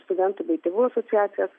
studentų bei tėvų asociacijas